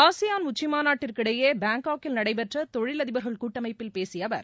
ASEAN உச்சிமாநாட்டிற்கு இடையே பாங்காக்கில் நடைபெற்ற தொழில் அதிபர்கள் கூட்டமைப்பில் பேசிய அவர்